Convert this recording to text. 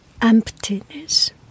emptiness